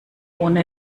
ohne